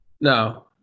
No